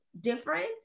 different